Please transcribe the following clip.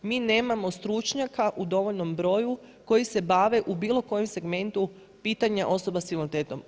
Mi nemamo stručnjaka u dovoljnom broju koji se bave u bilo kojem segmentu pitanja osoba sa invaliditetom.